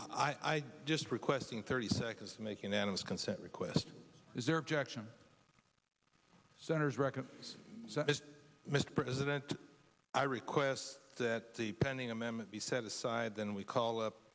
i just requesting thirty seconds for making an honest consent request is their objection centers record as mr president i request that the pending amendment be set aside then we call up